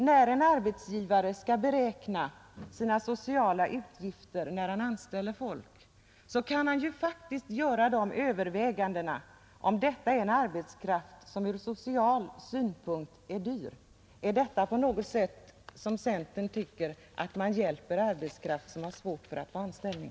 När en arbetsgivare skall beräkna sina sociala utgifter då han anställer folk, kan han faktiskt ta hänsyn till om det gäller arbetskraft som ur social synpunkt är dyr. Är detta något som gör att centern tycker att man hjälper arbetskraft som har svårt att få anställning?